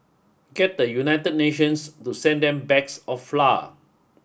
get the United Nations to send them bags of flour